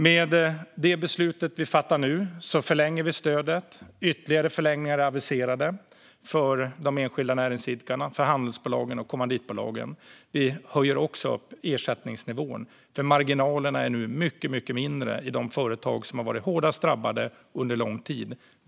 Med det beslut vi fattar nu förlänger vi stödet. Ytterligare förlängningar är aviserade för de enskilda näringsidkarna, för handelsbolagen och kommanditbolagen. Vi höjer också ersättningsnivån, för marginalerna är nu mycket mindre i de företag som har varit hårdast drabbade under lång tid.